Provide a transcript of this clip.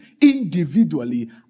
individually